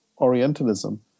Orientalism